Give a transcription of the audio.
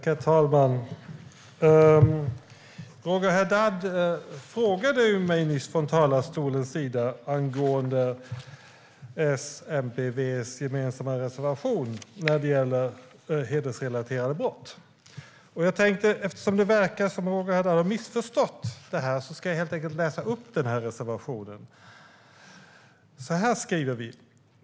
Herr talman! Roger Haddad frågade mig nyss från talarstolen om den gemensamma reservationen från S, V och MP när det gäller hedersrelaterade brott. Eftersom det verkar som om Roger Haddad har missförstått reservationen, ska jag helt enkelt läsa upp den.